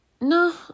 no